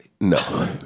No